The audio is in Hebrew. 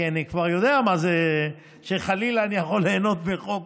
כי אני כבר יודע מה זה שחלילה אני יכול ליהנות מחוק,